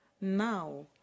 Now